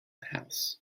house